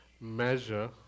measure